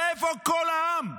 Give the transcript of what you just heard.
ואיפה כל העם?